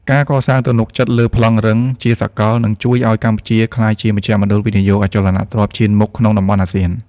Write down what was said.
ការកសាងទំនុកចិត្តលើ "ប្លង់រឹង" ជាសកល នឹងជួយឱ្យកម្ពុជាក្លាយជាមជ្ឈមណ្ឌលវិនិយោគអចលនទ្រព្យឈានមុខក្នុងតំបន់អាស៊ាន។